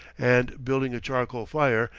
and, building a charcoal fire,